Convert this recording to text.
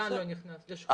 לאן הוא לא אפשר לו להיכנס?